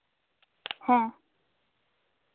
ᱦᱮᱸ